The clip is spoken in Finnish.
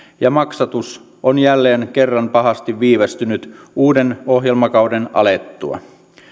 ja maksatus on jälleen kerran pahasti viivästynyt uuden ohjelmakauden alettua